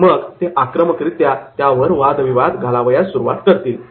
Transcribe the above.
आणि मग ते आक्रमकरित्या त्यावर वाद विवाद घालावयास सुरुवात करतील